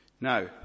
Now